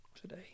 today